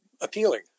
appealing